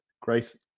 Great